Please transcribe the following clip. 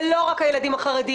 זה לא רק ילדים חרדים.